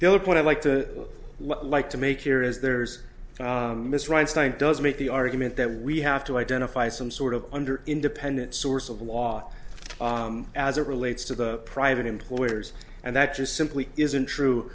the other point i'd like to like to make here is there's misreads time does make the argument that we have to identify some sort of under independent source of law as it relates to the private employers and that just simply isn't true